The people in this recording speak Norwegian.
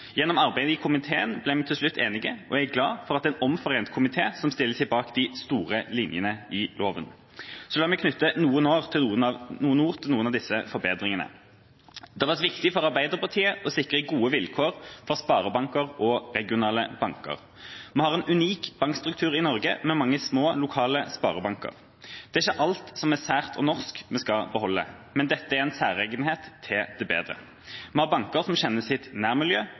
Gjennom arbeidet i komitéen ble vi til slutt enige, og jeg er glad for at det er en omforent komité som stiller seg bak de store linjene i loven. La meg knytte noen ord til noen av disse forbedringene. Det har vært viktig for Arbeiderpartiet å sikre gode vilkår for sparebanker og regionale banker. Vi har en unik bankstruktur i Norge, med mange små, lokale sparebanker. Det er ikke alt som er sært og norsk, vi skal beholde, men dette er en særegenhet til det bedre. Vi har banker som kjenner sitt nærmiljø,